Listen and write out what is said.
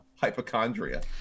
hypochondria